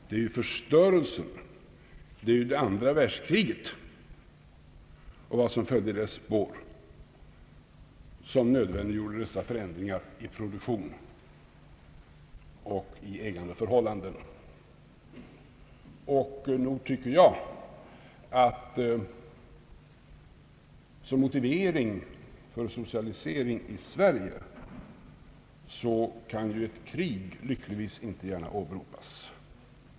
Det är förstörelsen, det andra världskriget och vad som följde i dess Allmänpolitisk debatt spår som nödvändiggjorde dessa förändringar i produktionen och i ägandeförhållandena. Nog tycker jag att som motivering för en socialisering i Sverige ett krig lyckligtvis inte gärna kan åberopas.